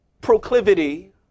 proclivity